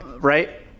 right